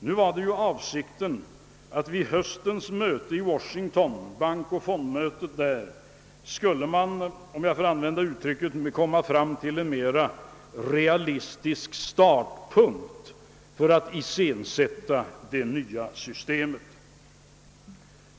Avsikten är nu att man vid höstens bankoch fondmöte i Washington skall försöka komma fram till en mera realistisk startpunkt för att iscensätta det nya systemet.